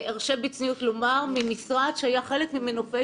ארשה בצניעות לומר ממשרד שהיה חלק ממנופי